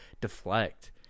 deflect